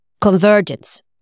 convergence